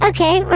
Okay